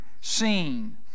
seen